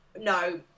no